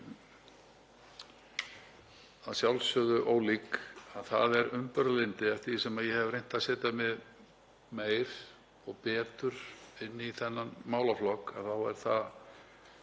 að sjálfsögðu ólík, það er umburðarlyndi. Eftir því sem ég hef reynt að setja mig meira og betur inn í þennan málaflokk þá er ég